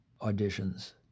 auditions